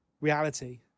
reality